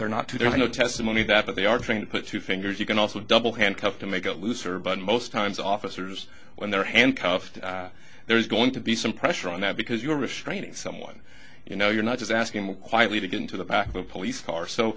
ey're not too there's no testimony that they are going to put two fingers you can also double handcuff to make a looser but most times officers when they're handcuffed there's going to be some pressure on that because you're restraining someone you know you're not just asking me quietly to get into the back of a police car so